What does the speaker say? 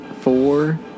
four